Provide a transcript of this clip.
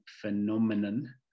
phenomenon